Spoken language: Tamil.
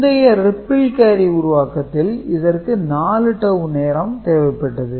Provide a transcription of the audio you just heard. முந்தைய ரிப்பிள் கேரி உருவாக்கத்தில் இதற்கு 4 டவூ நேரம் தேவைப்பட்டது